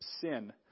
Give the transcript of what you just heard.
sin